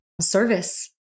service